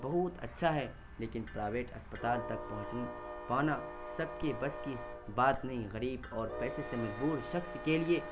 بہت اچھا ہے لیکن پرائیوٹ اسپتال تک پہنچ پانا سب کے بس کی بات نہیں غریب اور پیسے سے مجبور شخص کے لیے